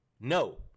no